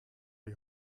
die